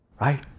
Right